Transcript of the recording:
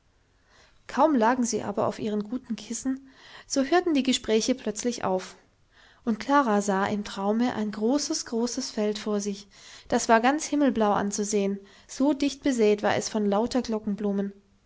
kaum lagen sie aber auf ihren guten kissen so hörten die gespräche plötzlich auf und klara sah im traume ein großes großes feld vor sich das war ganz himmelblau anzusehen so dicht besät war es von lauter